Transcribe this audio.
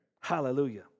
Hallelujah